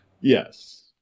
Yes